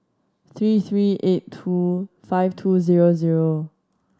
three three eight two five two zero zero